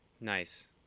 Nice